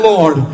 Lord